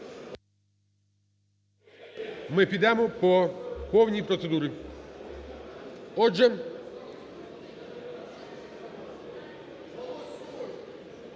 ми підемо по повній процедурі. Отже…